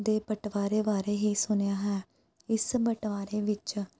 ਦੇ ਬਟਵਾਰੇ ਬਾਰੇ ਹੀ ਸੁਣਿਆ ਹੈ ਇਸ ਬਟਵਾਰੇ ਵਿੱਚ